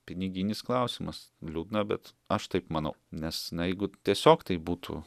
piniginis klausimas liūdna bet aš taip manau nes na jeigu tiesiog taip būtų